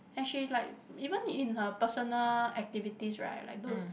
and she like even in her personal activities right like those